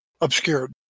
obscured